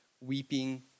weeping